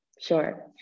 Sure